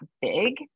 big